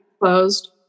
closed